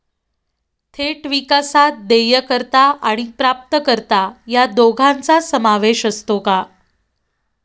थेट विकासात देयकर्ता आणि प्राप्तकर्ता या दोघांचा समावेश असतो का?